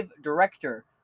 director